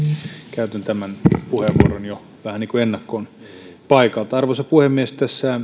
käytän tämän puheenvuoron jo vähän niin kuin ennakkoon paikalta arvoisa puhemies